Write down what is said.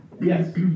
Yes